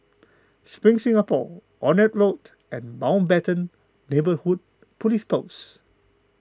Spring Singapore Onraet Road and Mountbatten Neighbourhood Police Post